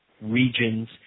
regions